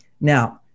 Now